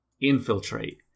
infiltrate